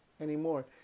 anymore